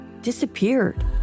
disappeared